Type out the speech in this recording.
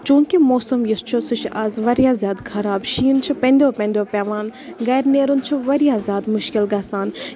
چوٗنٛکہِ موسَم یُس چھُ سُہ چھُ اَز واریاہ زِیادٕ خراب شیٖن چھُ پؠنٛدو پؠنٛدو پؠوان گَرِ نیرُن چھُ واریاہ زیادٕ مُشکِل گژھان